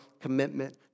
commitment